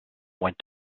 went